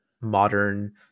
modern